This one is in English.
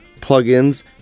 plugins